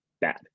bad